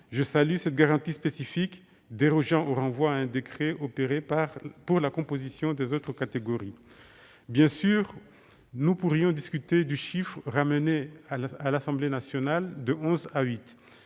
Je salue cette garantie spécifique, dérogeant au renvoi à un décret opéré pour la composition des autres catégories. Bien sûr, nous pourrions discuter du chiffre, ramené à l'Assemblée nationale de onze à